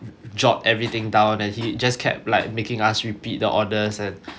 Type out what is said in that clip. jot everything down and he just kept like making us repeat the orders and